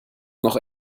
noch